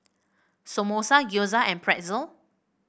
Samosa Gyoza and Pretzel